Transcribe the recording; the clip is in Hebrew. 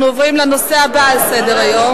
אנחנו עוברים לנושא הבא על סדר-היום,